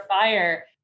fire